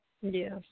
Yes